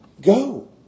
Go